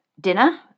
dinner